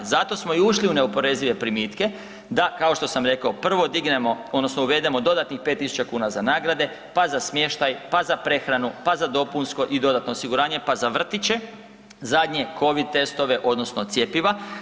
Zato smo i ušli u neoporezive primitke da, kao što sam rekao, prvo dignemo odnosno uvedemo dodatnih 5.000 kuna za nagrade, pa za smještaj, pa za prehranu, pa za dopunsko i dodatno osiguranje, pa za vrtiće, zadnje covid testove odnosno cjepiva.